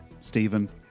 Stephen